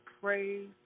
praise